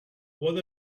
what